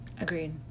Agreed